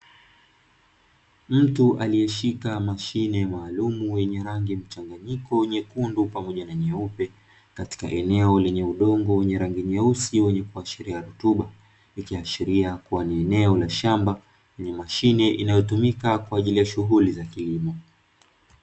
Mtu aliyeshika mashine maalumu yenye rangi mchanganyiko nyekundu pamoja na nyeupe katika eneo lenye udongo wenye rangi nyeusi wenye kuashiria rutuba ikiashiria kuwa ni eneo la shamba; ni mashine inayotumika kwa ajili ya shughuli za kilimo.